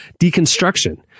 deconstruction